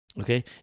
okay